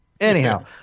Anyhow